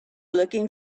looking